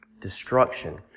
Destruction